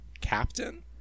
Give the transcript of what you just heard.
Captain